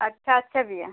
अच्छा अच्छा भैया